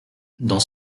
dans